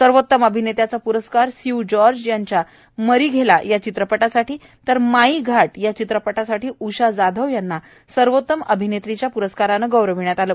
सर्वोतम अभिनेत्याचा प्रस्कार स्य् जॉर्ज यांना मरिघेला या चित्रपटासाठी तर माई घाट चित्रपटासाठी उषा जाधव यांना सर्वोतम अभिनेत्रीचा प्रस्कारानं गौरविण्यात आलं